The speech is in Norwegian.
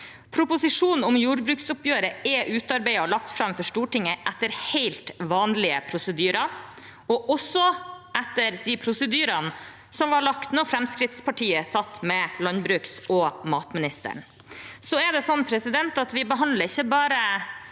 Proposisjonen om jordbruksoppgjøret er utarbeidet og lagt fram for Stortinget etter helt vanlige prosedyrer, også etter de prosedyrene som var lagt da Fremskrittspartiet satt med landbruksog matministeren. Det er også sånn at vi ikke bare